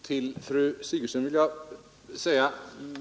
Herr talman!